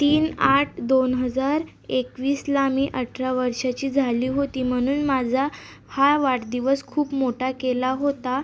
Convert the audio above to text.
तीन आठ दोन हजार एकवीसला मी अठरा वर्षाची झाली होती म्हणून माझा हा वाढदिवस खूप मोठा केला होता